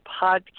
podcast